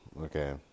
okay